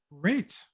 Great